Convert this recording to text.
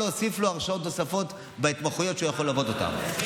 או להוסיף לו הרשאות נוספות בהתמחויות שהוא יכול לעבוד בהן.